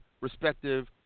respective